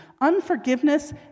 Unforgiveness